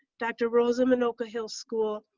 dr. rosen anoka hill school,